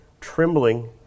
Trembling